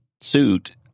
suit